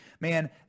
man